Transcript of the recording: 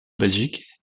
belgique